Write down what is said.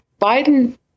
Biden